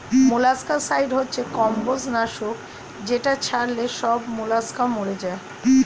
molluscicide হচ্ছে কম্বোজ নাশক যেটা ছড়ালে সব মোলাস্কা মরে যায়